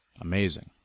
Amazing